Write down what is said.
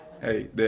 hey